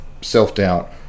self-doubt